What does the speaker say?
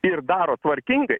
ir daro tvarkingai